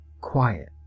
quiet